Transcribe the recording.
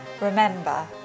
Remember